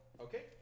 Okay